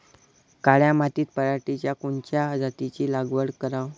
काळ्या मातीत पराटीच्या कोनच्या जातीची लागवड कराव?